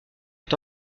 est